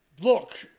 Look